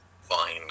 Fine